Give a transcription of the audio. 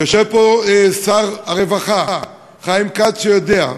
יושב פה שר הרווחה חיים כץ שיודע,